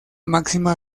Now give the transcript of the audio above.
máxima